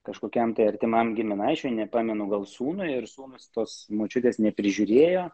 kažkokiam tai artimam giminaičiui nepamenu gal sūnui ir suomis tos močiutės neprižiūrėjo